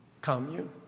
commune